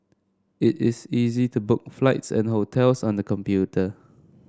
it is easy to book flights and hotels on the computer